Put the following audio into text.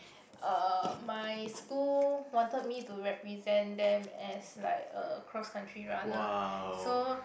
uh my school wanted me to represent them as like a cross country runner so